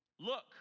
Look